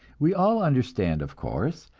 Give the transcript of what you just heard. we all understand, of course,